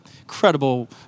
incredible